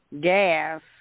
gas